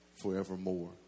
forevermore